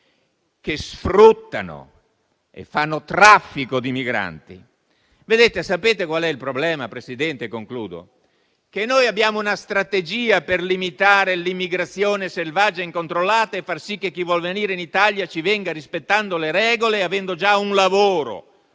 che sfruttano e fanno traffico di migranti. Sapete qual è il problema? Noi abbiamo una strategia per limitare l'immigrazione selvaggia e incontrollata e far sì che chi vuol venire in Italia ci venga rispettando le regole e avendo già un lavoro